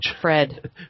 Fred